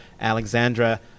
Alexandra